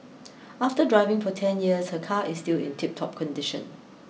after driving for ten years her car is still in tip top condition